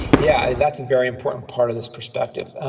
yeah, and that's a very important part of this perspective. ah